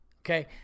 okay